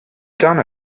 done